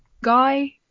guy